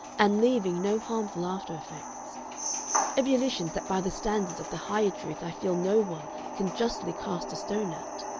and leaving no harmful after-effects ebullitions that by the standards of the higher truth i feel no one can justly cast a stone at,